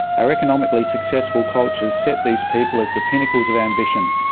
our economically successful cultures set these people as the pinnacles of ambition,